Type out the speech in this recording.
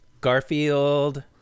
Garfield